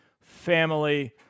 family